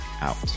out